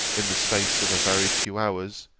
in the space of a very few hours,